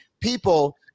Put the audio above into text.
people